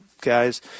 guys